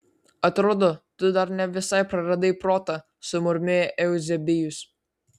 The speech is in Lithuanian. atrodo tu dar ne visai praradai protą sumurmėjo euzebijus